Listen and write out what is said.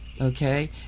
Okay